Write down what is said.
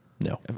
No